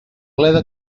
bleda